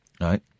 right